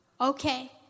Okay